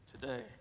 today